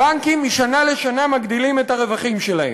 הבנקים משנה לשנה מגדילים את הרווחים שלהם.